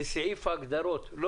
יש